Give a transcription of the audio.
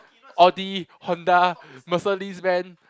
Audi Honda Mercedes Ben